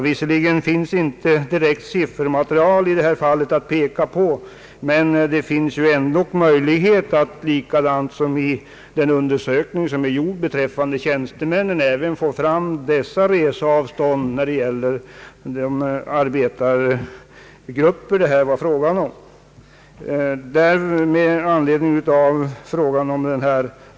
Visserligen finns inte något direkt siffermaterial i detta fall att peka på, men det finns ändock möjlighet att på samma sätt som skett i den undersökning som är gjord beträffande tjänstemännen även få fram dessa reseavstånd när det gäller de arbetargrupper som det här är fråga om.